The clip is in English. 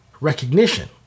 recognition